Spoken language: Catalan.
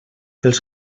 els